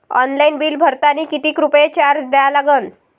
Online bill भरतानी कितीक रुपये चार्ज द्या लागन?